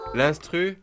l'instru